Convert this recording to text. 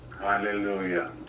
Hallelujah